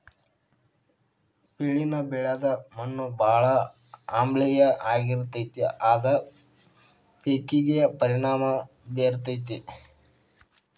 ಬೆಳಿನ ಬೆಳದ ಮಣ್ಣು ಬಾಳ ಆಮ್ಲೇಯ ಆಗಿರತತಿ ಅದ ಪೇಕಿಗೆ ಪರಿಣಾಮಾ ಬೇರತತಿ